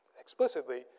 explicitly